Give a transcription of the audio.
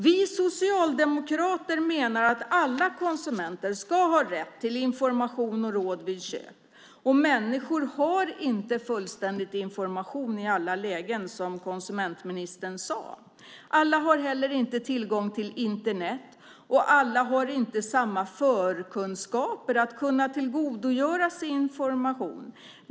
Vi socialdemokrater menar att alla konsumenter ska ha rätt till information och råd vid köp. Precis som konsumentministern sade har inte människor fullständig information i alla lägen. Alla har heller inte tillgång till Internet, och alla har inte de förkunskaper som behövs för att kunna tillgodogöra sig information.